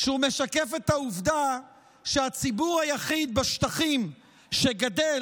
הוא משקף את העובדה שהציבור היחיד בשטחים שגדל,